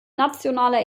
nationaler